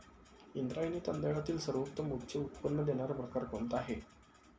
इंद्रायणी तांदळातील सर्वोत्तम उच्च उत्पन्न देणारा प्रकार कोणता आहे?